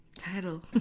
Title